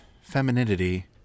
femininity